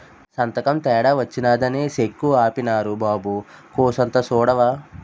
సంతకం తేడా వచ్చినాదని సెక్కు ఆపీనారు బాబూ కూసంత సూడవా